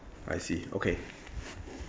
I see okay